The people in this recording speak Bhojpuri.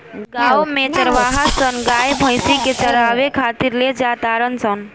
गांव में चारवाहा सन गाय भइस के चारावे खातिर ले जा तारण सन